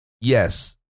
Yes